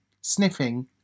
sniffing